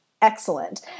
excellent